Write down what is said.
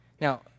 Now